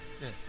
Yes